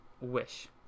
wish